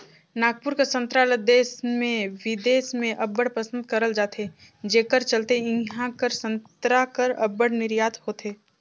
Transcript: नागपुर कर संतरा ल देस में बिदेस में अब्बड़ पसंद करल जाथे जेकर चलते इहां कर संतरा कर अब्बड़ निरयात होथे